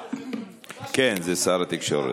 כן, זה שר התקשורת.